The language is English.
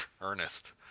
Ernest